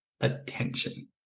attention